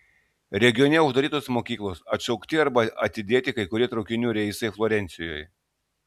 regione uždarytos mokyklos atšaukti arba atidėti kai kurie traukinių reisai florencijoje